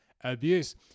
abuse